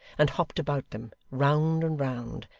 and hopped about them, round and round,